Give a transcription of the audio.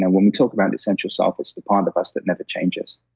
and when we talk about essential self, it's the part of us that never changes.